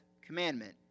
commandment